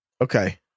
Okay